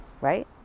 right